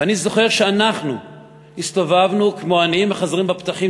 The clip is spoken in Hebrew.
ואני זוכר שאנחנו הסתובבנו כמו עניים המחזרים על הפתחים,